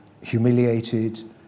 humiliated